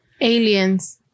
Aliens